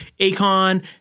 Akon